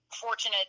fortunate